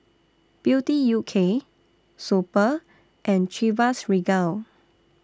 Beauty U K Super and Chivas Regal